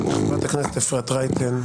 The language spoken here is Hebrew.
חברת הכנסת אפרת רייטן, בבקשה.